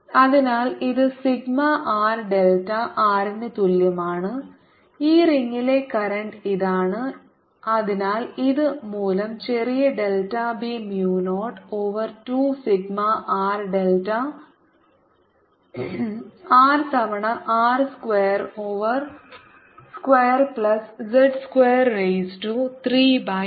അതിനാൽ ഇത് sigma r delta r ന് തുല്യമാണ് ഈ റിംഗിലെ കറന്റ് ഇതാണ് അതിനാൽ ഇത് മൂലം ചെറിയ delta B mu 0 over 2 sigma r delta r തവണ r square over square plus z square raise to 3 by 2